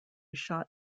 shot